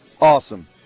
awesome